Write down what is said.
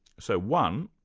so one,